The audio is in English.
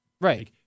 Right